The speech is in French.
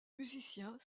musiciens